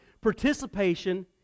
participation